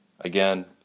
again